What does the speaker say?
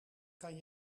kan